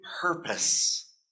purpose